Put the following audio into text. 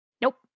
Nope